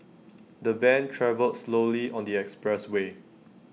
the van travelled slowly on the expressway